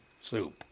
soup